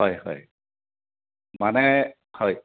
হয় হয় মানে হয়